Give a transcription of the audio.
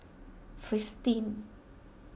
Fristine